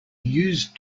used